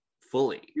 fully